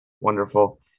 Wonderful